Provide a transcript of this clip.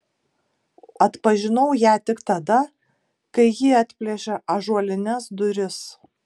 atpažinau ją tik tada kai ji atplėšė ąžuolines duris